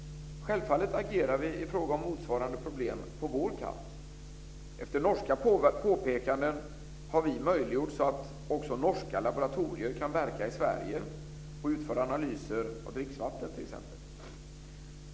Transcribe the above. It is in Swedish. Självfallet agerar vi i fråga om motsvarande problem på vår kant. Efter norska påpekanden har vi möjliggjort att också norska laboratorier kan verka i Sverige och t.ex. utföra analyser av dricksvatten.